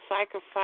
sacrifice